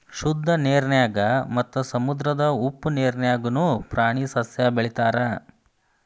ಶುದ್ದ ನೇರಿನ್ಯಾಗ ಮತ್ತ ಸಮುದ್ರದ ಉಪ್ಪ ನೇರಿನ್ಯಾಗುನು ಪ್ರಾಣಿ ಸಸ್ಯಾ ಬೆಳಿತಾರ